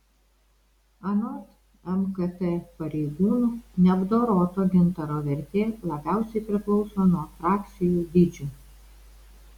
anot mkt pareigūnų neapdoroto gintaro vertė labiausiai priklauso nuo frakcijų dydžio